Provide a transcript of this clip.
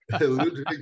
Ludwig